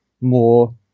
more